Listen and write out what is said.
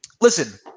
Listen